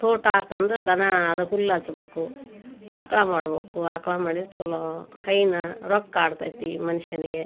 ತೋಟ ಆತಂದ್ರೆ ದನ ಅದಕ್ಕೆ ಹುಲ್ಲು ಹಚ್ಬೇಕು ಆಕಳ ಮಾಡ್ಬೇಕು ಆಕಳ ಮಾಡಿದ್ರೆ ಛಲೋ ಹೈನ ರೊಕ್ಕ ಆಡ್ತದೆ ಮನುಷ್ಯನಿಗೆ